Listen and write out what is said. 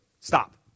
Stop